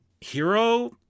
Hero